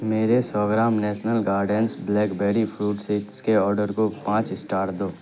میرے سو gram national gardens blackberry fruit seeds کے آرڈر کو پانچ اسٹار دو